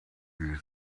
you